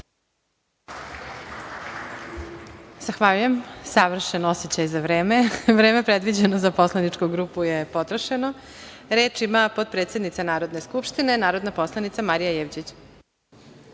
Zahvaljujem. Savršen osećaj za vreme. Vreme predviđeno za poslaničku grupu je potrošeno. Reč ima potpredsednica Narodne skupštine, narodna poslanica Marija